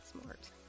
smart